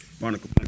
Barnacle